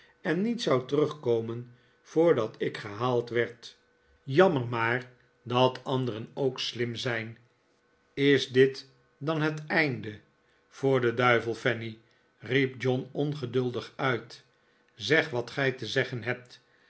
en niet zou terugkomen voordat ik gehaald werd jammer maar dat anderen ook slim zijn is dit dan het einde voor den duivel fanny riep john ongeduldig uit zeg wat gij te zeggen hebt